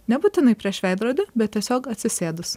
nebūtinai prieš veidrodį bet tiesiog atsisėdus